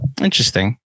Interesting